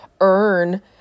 earn